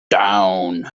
down